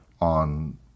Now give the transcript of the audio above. on